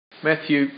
Matthew